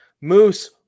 Moose